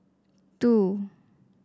two